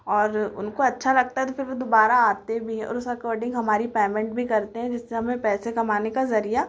और उनको अच्छा लगता है तो फिर वह दुबारा आते भी हैं और उस अकॉर्डिंग हमारी पैमेंट भी करते हैं जिससे हमें पैसे कमाने का ज़रिया